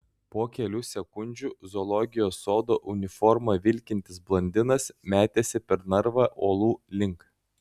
po kelių sekundžių zoologijos sodo uniforma vilkintis blondinas metėsi per narvą uolų link